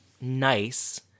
nice